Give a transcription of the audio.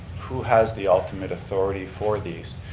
who has the ultimate authority for these.